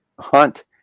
hunt